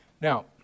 Now